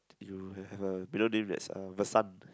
you have a middle name that's uh Vasan